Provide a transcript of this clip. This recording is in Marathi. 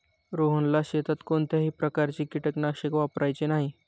रोहनला शेतात कोणत्याही प्रकारचे कीटकनाशक वापरायचे नाही